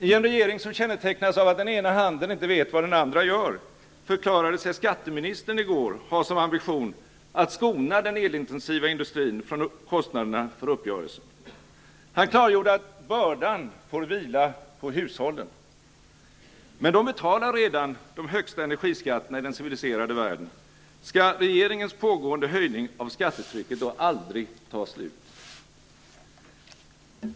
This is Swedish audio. I en regering som kännetecknas av att den ena handen inte vet vad den andra gör förklarade sig skatteministern i går ha som ambition att skona den elintensiva industrin från kostnaderna för uppgörelsen. Han klargjorde att bördan får vila på hushållen. Men de betalar redan de högsta energiskatterna i den civiliserade världen. Skall regeringens pågående höjning av skattetrycket aldrig ta slut?